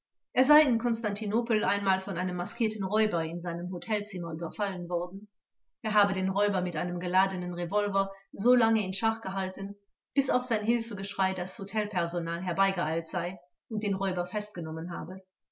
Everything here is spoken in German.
er sei in konstantinopel einmal von einem maskierten räuber in seinem hotelzimmer überfallen worden er habe den räuber mit einem geladenen revolver so lange in schach gehalten bis auf sein hilfegeschrei das hotelpersonal herbeigeeilt sei und den räuber festgenommen habe